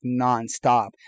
nonstop